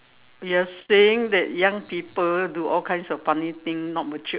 you're saying that young people do all kinds of funny thing not matured